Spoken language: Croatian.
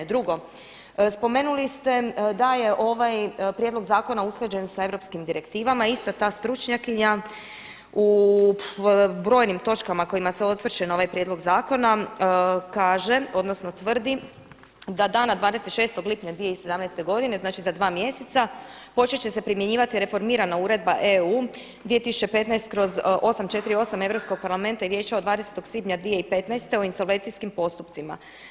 Drugo, spomenuli ste da je ovaj prijedlog zakona usklađen sa europskim direktivama a ista ta stručnjakinja u brojnim točkama kojima … ovaj prijedlog zakona kaže, odnosno tvrdi da dana 26. lipnja 2017. godine, znači za 2 mjeseca početi će se primjenjivati reformirana uredba EU 2015/848 Europskog parlamenta i Vijeća od 20 svibnja 2015. o insolvencijskim postupcima.